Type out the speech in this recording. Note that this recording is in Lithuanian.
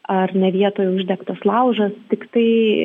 ar ne vietoje uždegtas laužas tiktai